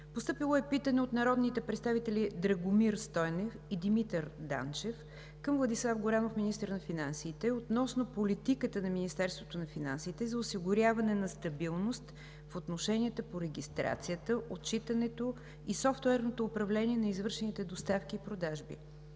2019 г.; - от народните представители Драгомир Стойнев и Димитър Данчев към Владислав Горанов – министър на финансите, относно политиката на Министерството на финансите за осигуряване на стабилност в отношенията по регистрацията, отчитането и софтуерното управление на извършените доставки и продажби.